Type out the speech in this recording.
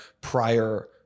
prior